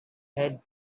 had